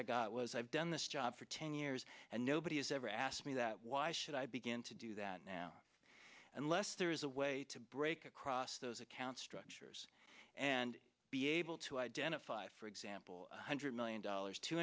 i got was i've done this job for ten years and nobody has ever asked me that why should i begin to do that now unless there is a way to break across those accounts structures and be able to identify for example one hundred million dollars two